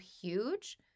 huge